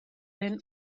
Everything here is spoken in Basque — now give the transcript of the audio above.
den